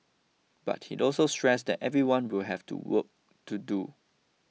but he also stressed that everyone will have to work to do